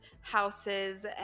houses